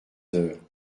heures